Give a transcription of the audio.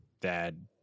dad